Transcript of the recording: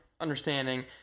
understanding